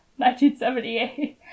1978